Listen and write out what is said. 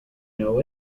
know